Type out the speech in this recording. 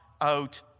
out